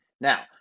Now